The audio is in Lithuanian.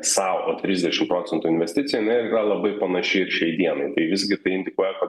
sau o trisdešim procentų investicijom jinai yra labai panaši šiai dienai tai visgi tai indikuoja kad